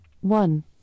One